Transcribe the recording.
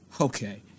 Okay